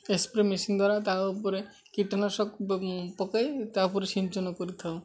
ଏ spray machine ଦ୍ୱାରା ତା ଉପରେ କୀଟନାଶକ ପକାଇ ତା ଉପରେ ସିଞ୍ଚନ କରିଥାଉ